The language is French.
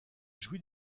jouit